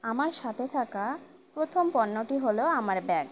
আমার সাথে থাকা প্রথম পণ্যটি হল আমার ব্যাগ